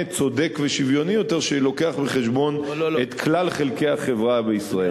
צודק ושוויוני יותר שמביא בחשבון את כלל חלקי החברה בישראל.